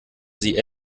sie